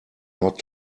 not